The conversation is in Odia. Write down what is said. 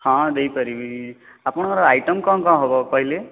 ହଁ ଦେଇପାରିବି ଆପଣଙ୍କର ଆଇଟମ କ'ଣ କ'ଣ ହେବ କହିଲେ